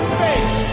face